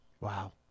Wow